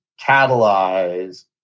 catalyze